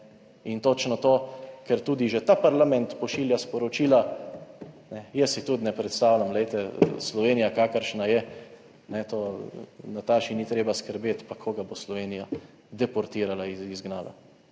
In točno to, ker tudi že ta parlament pošilja sporočila, jaz si tudi ne predstavljam, glejte, Slovenija, kakršna je, tega Nataši ni treba skrbeti, pa koga bo Slovenija deportirala, izgnala